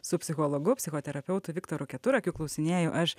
su psichologu psichoterapeutu viktoru keturakiu klausinėju aš